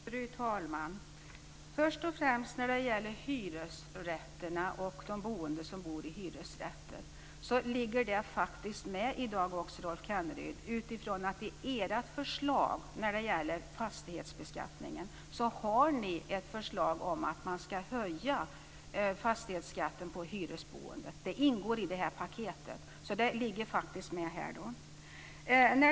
Fru talman! Frågan om de som bor i hyresrätt finns faktiskt med i dag också, Rolf Kenneryd. I ert förslag om fastighetsbeskattningen ingår att man ska höja fastighetsskatten på hyresboende. Det ingår i paketet. Det ligger med här.